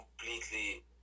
completely